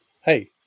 hey